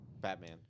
Batman